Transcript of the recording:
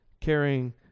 carrying